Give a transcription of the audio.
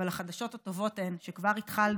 אבל החדשות הטובות הן שכבר התחלנו,